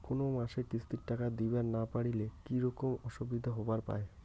কোনো মাসে কিস্তির টাকা দিবার না পারিলে কি রকম অসুবিধা হবার পায়?